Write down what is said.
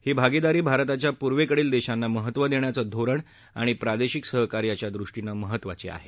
ही भागीदारी भारताच्या पूर्वकडील देशांना महत्त्व देण्याचं धोरण आणि प्रादेशिक सहकार्याच्या दृष्टीनं महत्त्वाची आहे